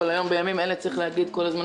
בימים אלה צריך להגיד כל הזמן